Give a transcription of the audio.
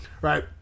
Right